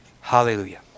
Hallelujah